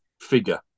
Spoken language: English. figure